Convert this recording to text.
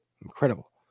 incredible